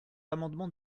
amendement